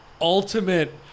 ultimate